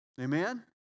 Amen